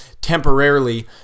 temporarily